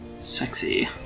Sexy